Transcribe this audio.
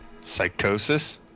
Psychosis